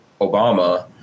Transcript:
Obama